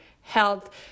health